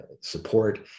support